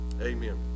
amen